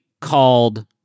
called